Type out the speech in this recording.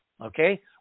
okay